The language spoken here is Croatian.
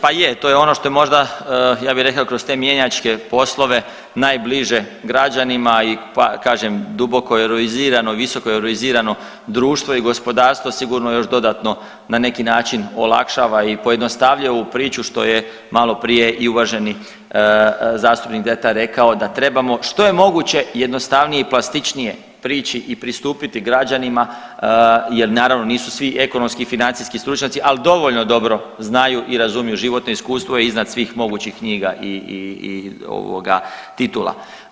Pa je to je ono što je možda ja bih rekao kroz te mjenjačke poslove najbliže građanima i kažem duboko euroizirano, visoko euroizirano društvo i gospodarstvo sigurno još dodatno na neki način olakšava i pojednostavljuje ovu priču što je maloprije i uvaženi zastupnik Dretar rekao da trebamo što je moguće jednostavnije i plastičnije prići i pristupiti građanima jer naravno nisu svi ekonomski i financijski stručnjaci, ali dovoljno dobro znaju i razumiju životno iskustvo iznad svih mogućih knjiga i titula.